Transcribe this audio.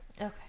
Okay